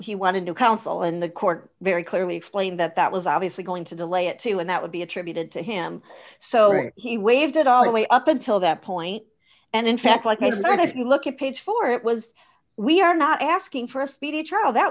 he wanted to counsel in the court very clearly explained that that was obviously going to delay it too and that would be attributed to him so he waived it all the way up until that point and in fact like a deserted look at page four it was we are not asking for a speedy trial that